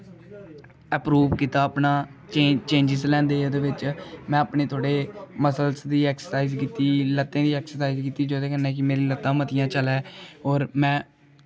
approve कीता अपना changes लेआंदे ओह्दे बिच में अपने थोह्ड़े मसल्स दी एक्सरसाइज़ कीती लत्तें दी एक्सरसाइज़ कीती जेह्दे कन्नै कि मेरियां लत्तां मतियां चलै होर में